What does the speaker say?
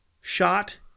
shot